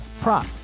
prop